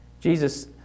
Jesus